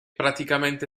praticamente